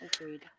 Agreed